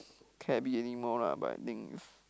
cabby anymore lah but I think it's